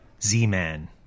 Z-Man